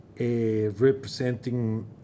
representing